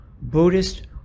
Buddhist